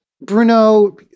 Bruno